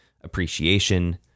appreciation